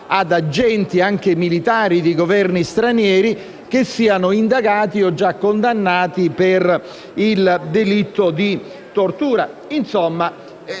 ad agenti, anche militari, di Governo stranieri che siano indagati o già condannati per il delitto di tortura.